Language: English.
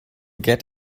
get